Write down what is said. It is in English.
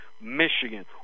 Michigan